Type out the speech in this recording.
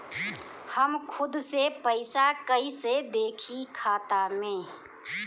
हम खुद से पइसा कईसे देखी खाता में?